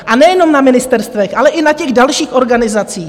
A nejenom na ministerstvech, ale i na těch dalších organizacích?